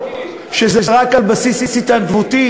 שזה רק על בסיס התנדבותי.